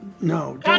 No